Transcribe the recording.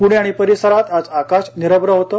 पुणे आणि परिसरात आज आकाश निरभ्र होतं